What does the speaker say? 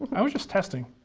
i was just testing.